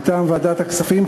מטעם ועדת הכספים,